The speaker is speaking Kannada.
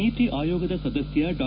ನೀತಿ ಆಯೋಗದ ಸದಸ್ಯ ಡಾ